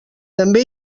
també